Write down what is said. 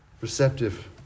Receptive